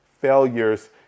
failures